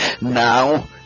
Now